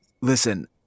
Listen